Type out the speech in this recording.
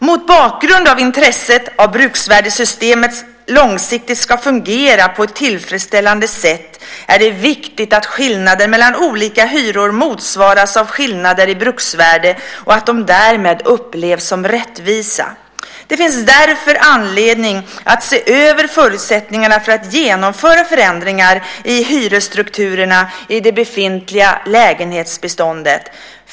- Mot bakgrund av intresset av att bruksvärdessystemet långsiktigt skall fungera på ett tillfredsställande sätt är det viktigt att skillnader mellan olika hyror motsvaras av skillnader i bruksvärde och att de därmed upplevs som rättvisa. Det finns därför anledning att se över förutsättningarna för att genomföra förändringar i hyresstrukturerna i det befintliga lägenhetsbeståndet.